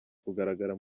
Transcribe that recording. kugaragara